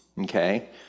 Okay